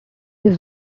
was